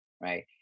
right